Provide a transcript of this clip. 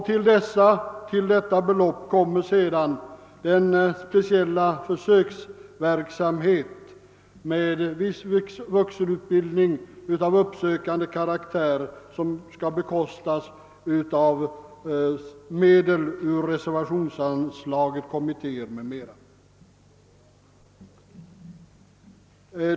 Till detta kommer dessutom den speciella försöksverksamhet med viss vuxenutbildning av uppsökande karaktär, som skall bekostas av medel ur reservationsanslaget Kommittéer m.m.